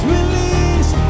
Release